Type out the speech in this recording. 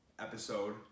episode